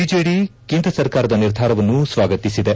BJD ಕೇಂದ್ರ ಸರ್ಕಾರದ ನಿರ್ಧಾರವನ್ನು ಸ್ವಾಗತಿಸಿದೆ